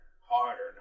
harder